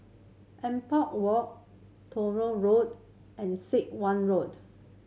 Ampang Walk Tronoh Road and Sit Wah Road